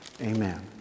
Amen